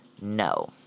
No